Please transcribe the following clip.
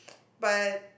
but